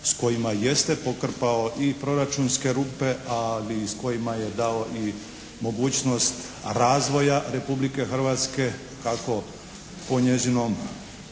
s kojima jeste pokrpao i proračunske rupe ali i s kojima je dao mogućnost razvoja Republike Hrvatske kako po njezinom